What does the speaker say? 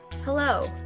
Hello